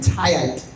tired